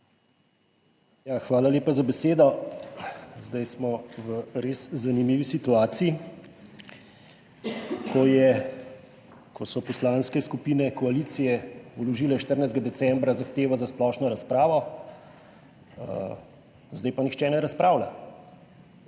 Hvala lepa za besedo. Zdaj smo v res zanimivi situaciji, ko so poslanske skupine koalicije vložile 14. decembra zahtevo za splošno razpravo, zdaj pa nihče ne razpravlja.